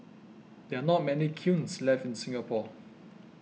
there are not many kilns left in Singapore